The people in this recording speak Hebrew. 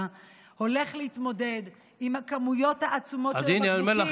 הולך להתמודד עם הכמויות העצומות של הבקבוקים